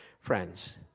friends